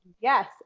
Yes